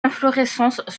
inflorescences